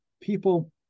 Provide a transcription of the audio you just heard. people